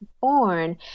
born